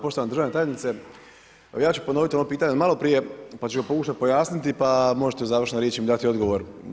Poštovana državna tajnice, evo ja ću ponoviti ono pitanje od maloprije pa ću ga pokušati pojasniti pa možete mi u završnoj riječi mi dati odgovor.